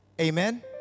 Amen